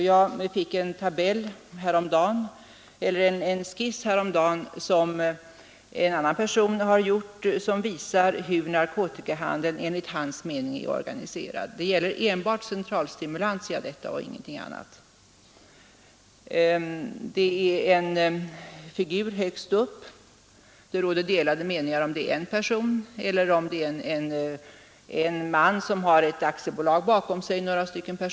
Jag fick häromdagen en skiss som en annan person gjort och som visar hur narkotikahandeln enligt hans mening är organiserad. Det gäller här enbart centralstimulantia och ingenting annat. På skissen, som jag nu visar på kammarens interna TV-skärm, finns en stor ifylld ring högst upp. Det är ledaren, men det råder delade meningar om huruvida det är en enda person eller en man som har ett aktiebolag med ett par personer bakom sig.